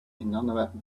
inanimate